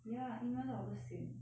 ya email 到我都 sian